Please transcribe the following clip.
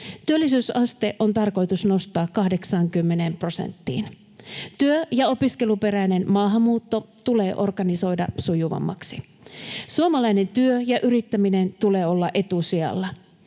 Työllisyysaste on tarkoitus nostaa 80 prosenttiin. Työ- ja opiskeluperäinen maahanmuutto tulee organisoida sujuvammaksi. Suomalaisen työn ja yrittämisen tulee olla etusijalla.